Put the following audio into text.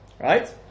Right